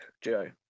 Joe